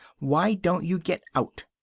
why don't you get out?